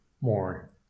more